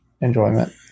enjoyment